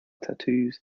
tattoos